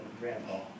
grandpa